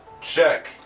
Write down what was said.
check